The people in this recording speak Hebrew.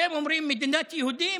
אתם אומרים "מדינת יהודים",